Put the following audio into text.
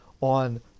on